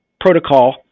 protocol